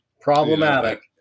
problematic